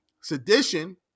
sedition